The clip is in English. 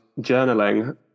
journaling